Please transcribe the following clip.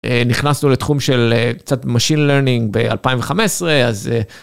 נכנסנו לתחום של קצת machine learning ב-2015 אז.